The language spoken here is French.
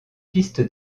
piste